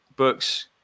books